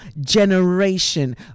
generation